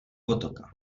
potoka